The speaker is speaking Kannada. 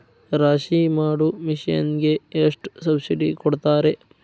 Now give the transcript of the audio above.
ರಾಶಿ ಮಾಡು ಮಿಷನ್ ಗೆ ಎಷ್ಟು ಸಬ್ಸಿಡಿ ಕೊಡ್ತಾರೆ?